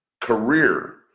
career